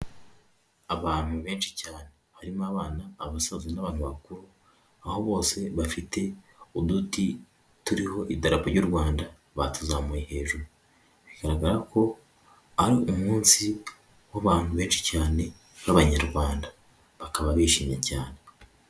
Abantu benshi cyane. Harimo abana, abasaza n'abantu bakuru, aho bose bafite uduti turiho idarapo ry'u Rwanda, batuzamuye hejuru. Bigaragara ko ari umunsi w'abantu benshi cyane b'abanyarwanda. Bakaba bishimye cyane.